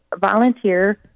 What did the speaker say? volunteer